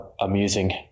amusing